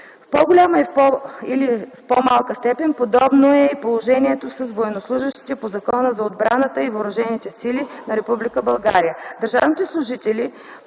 В по-голяма или по-малка степен подобно е и положението с военнослужещите по Закона за отбраната и въоръжените сили на Република България, държавните служители